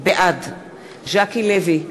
בעד ז'קי לוי,